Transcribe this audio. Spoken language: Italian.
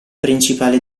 principale